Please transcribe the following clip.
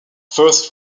first